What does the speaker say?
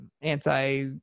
anti